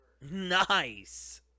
Nice